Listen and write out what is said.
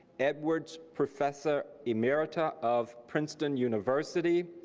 edwards professor emeritus of princeton university.